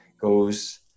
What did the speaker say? goes